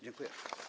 Dziękuję.